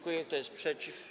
Kto jest przeciw?